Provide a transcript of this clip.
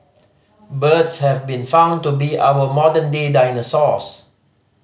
birds have been found to be our modern day dinosaurs